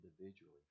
individually